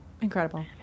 incredible